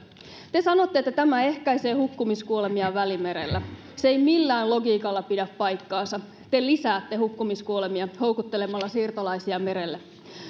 te sanoitte että tämä ehkäisee hukkumiskuolemia välimerellä se ei millään logiikalla pidä paikkaansa te lisäätte hukkumiskuolemia houkuttelemalla siirtolaisia merelle